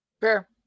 Fair